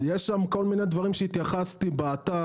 יש שם כל מיני שהתייחסתי באתר,